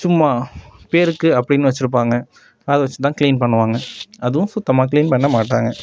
சும்மா பேருக்கு அப்படின்னு வச்சுருப்பாங்க அதை வச்சுதான் கிளீன் பண்ணுவாங்க அதுவும் சுத்தமாக கிளீன் பண்ண மாட்டாங்க